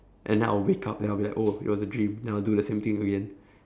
and then I'll wake up then I'll be like oh it was a dream then I'll do the same thing again